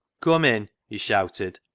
cum in, he shouted,